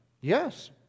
Yes